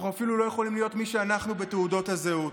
אנחנו אפילו לא יכולים להיות מי שאנחנו בתעודות הזהות.